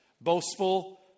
boastful